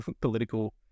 political